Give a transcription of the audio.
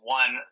one –